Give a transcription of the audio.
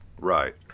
Right